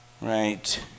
right